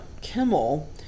Kimmel